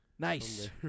Nice